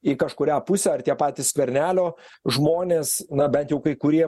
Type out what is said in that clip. į kažkurią pusę ar tie patys skvernelio žmonės na bent jau kai kurie